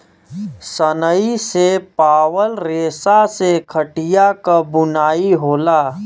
सनई से पावल रेसा से खटिया क बुनाई होला